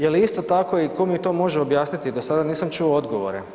Je li isto tako i ko mi to može objasniti dosada nisam čuo odgovore.